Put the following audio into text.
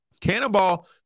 Cannonball